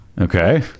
Okay